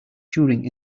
during